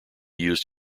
used